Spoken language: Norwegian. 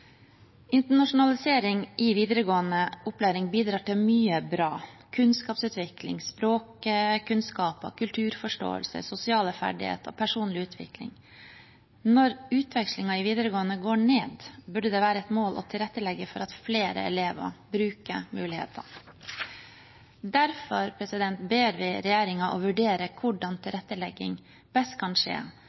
Internasjonalisering i videregående opplæring bidrar til mye bra: kunnskapsutvikling, språkkunnskaper, kulturforståelse, sosiale ferdigheter, personlig utvikling. Når utvekslingen i videregående går ned, burde det være et mål å tilrettelegge for at flere elever bruker mulighetene. Derfor ber vi regjeringen vurdere hvordan tilrettelegging best kan skje,